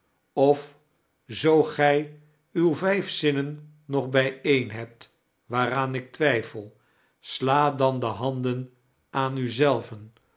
of zoo gij uwe vijf zinnen nog bijeen hebt waaraan ik twijfel sla dan de handen aan u